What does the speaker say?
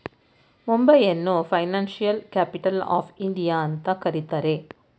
ಮುಂಬೈಯನ್ನು financial capital of India ಅಂತ ಕರಿತರೆ